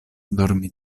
dormi